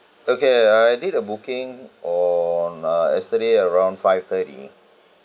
okay uh I did a booking on uh yesterday around five-thirty